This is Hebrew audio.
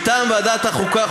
(פיצויים): מטעם ועדת החוקה,